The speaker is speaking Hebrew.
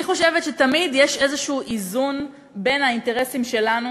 אני חושבת שתמיד יש איזון כלשהו בין האינטרסים שלנו